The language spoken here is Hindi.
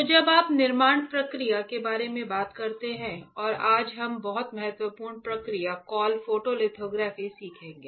तो जब आप निर्माण प्रक्रिया के बारे में बात करते हैं और आज हम बहुत महत्वपूर्ण प्रक्रिया कॉल फोटोलिथोग्राफी सीखेंगे